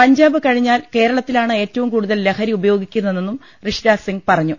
പഞ്ചാബ് കഴിഞ്ഞാൽ കേരളത്തിലാണ് ഏറ്റവും കൂടുതൽ ലഹരി ഉപയോഗിക്കുന്നതെന്നും ഋഷിരാജ് സിംഗ് പറഞ്ഞു